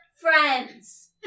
friends